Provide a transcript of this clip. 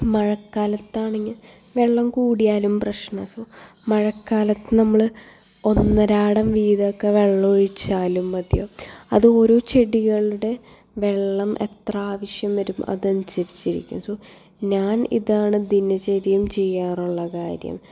മഴക്കാലത്താണെങ്കിൽ വെള്ളം കൂടിയാലും പ്രെശ്നമാ സൊ മഴക്കാലത്ത് നമ്മൾ ഒന്നരാടം വീതമൊക്കെ വെള്ളമൊഴിച്ചാലും മതിയാകും അത് ഓരോ ചെടികളുടെ വെള്ളം എത്ര ആവശ്യം വരും അതനുസരിച്ചിരിക്കും സൊ ഞാൻ ഇതാണ് ദിനചര്യം ചെയ്യാറുള്ള കാര്യം